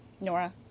Nora